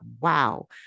wow